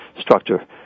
structure